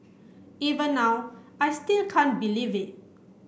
even now I still can't believe it